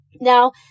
Now